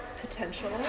potential